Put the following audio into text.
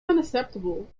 unacceptable